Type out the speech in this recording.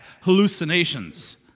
hallucinations